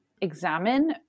examine